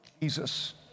Jesus